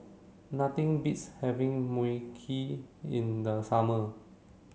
nothing beats having Mui Kee in the summer